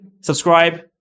subscribe